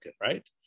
right